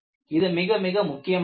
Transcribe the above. இது மிக மிக முக்கியமானது